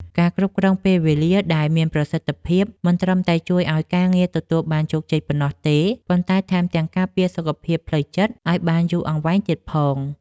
ការគ្រប់គ្រងពេលវេលាដែលមានប្រសិទ្ធភាព មិនត្រឹមតែជួយឱ្យការងារទទួលបានជោគជ័យប៉ុណ្ណោះទេ ប៉ុន្តែថែមទាំងការពារសុខភាពផ្លូវចិត្តឱ្យបានយូរអង្វែងទៀតផង។